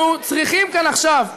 אנחנו צריכים כאן עכשיו 50,